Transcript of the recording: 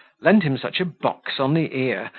lent him such a box on the ear,